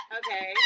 okay